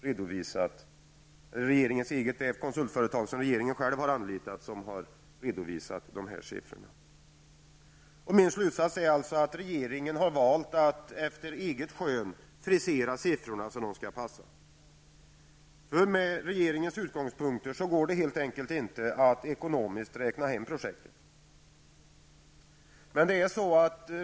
Det är alltså det konsultföretag regeringen själv anlitat som redovisat dessa siffror. Min slutsats är att regeringen har valt att efter eget skön frisera siffrorna så att de skall passa. Med regeringens utgångspunkter går det helt enkelt inte att ekonomiskt räkna hem projektet.